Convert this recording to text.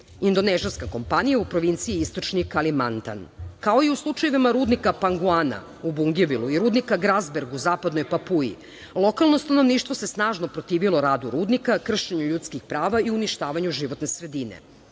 indonežanska kompanija iz provincije Istočni Kalimantan. Kao i u slučajevima rudnika „Panguana“ u Bungevilu i rudnika „Grazberg“ u Zapadnoj Papui lokalno stanovništvo se snažno protivilo radu rudnika, kršenju ljudskih prava i uništavanju životne sredine. Stotine